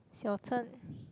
your turn